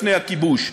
לפני הכיבוש.